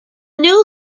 new